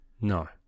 No